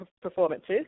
performances